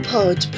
Pod